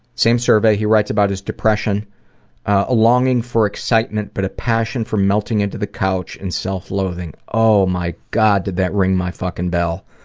same survey he writes about his depression ah longing for excitement but a passion for melting into the couch with and self-loathing. oh my god did that ring my fucking bell.